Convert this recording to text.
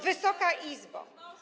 Wysoka Izbo!